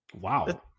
Wow